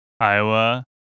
Iowa